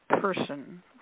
person